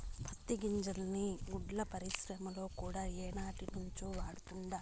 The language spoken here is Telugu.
పత్తి గింజల్ని గుడ్డల పరిశ్రమల కూడా ఏనాటినుంచో వాడతండారు